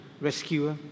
rescuer